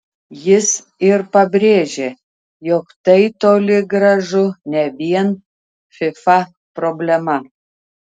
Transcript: jis ir pabrėžė jog tai toli gražu ne vien fifa problema